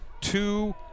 two